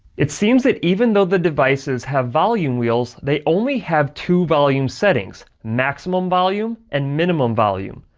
it seems that even though the devices have volume wheels, they only have two volume settings, maximum volume and minimum volume.